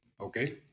Okay